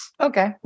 Okay